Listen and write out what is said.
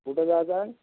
कुठं जायचं आहे